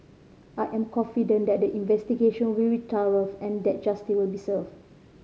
I am confident that the investigation will be thorough and that justice will be served